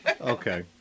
okay